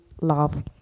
love